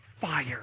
fire